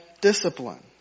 discipline